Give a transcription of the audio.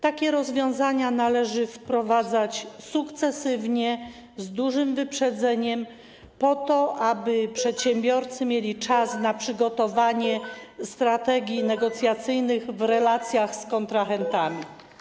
Takie rozwiązania należy wprowadzać sukcesywnie, z dużym wyprzedzeniem po to, aby przedsiębiorcy mieli czas na przygotowanie strategii negocjacyjnych w relacjach z kontrahentami.